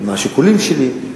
ומה השיקולים שלי,